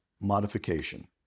modification